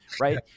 right